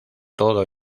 todo